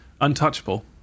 untouchable